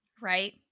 Right